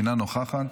אינה נוכחת,